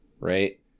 right